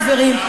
חברים,